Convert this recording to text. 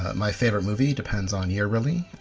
my favourite movie, depends on year, really.